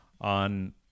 on